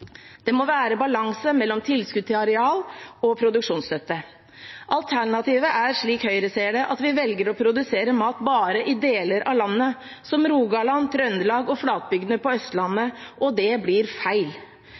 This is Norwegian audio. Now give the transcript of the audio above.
Det må være balanse mellom tilskudd til areal og produksjonsstøtte. Alternativet er, slik Høyre ser det, at vi velger å produsere mat bare i deler av landet, som Rogaland, Trøndelag og flatbygdene på Østlandet, og det blir feil.